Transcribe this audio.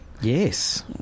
Yes